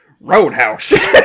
Roadhouse